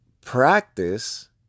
practice